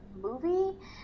movie